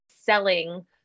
selling